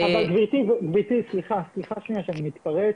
אבל גברתי, סליחה שאני מתפרץ,